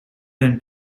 then